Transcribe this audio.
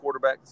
quarterbacks